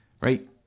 Right